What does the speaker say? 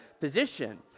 position